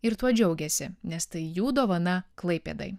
ir tuo džiaugiasi nes tai jų dovana klaipėdai